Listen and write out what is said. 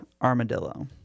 armadillo